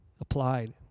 applied